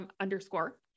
underscore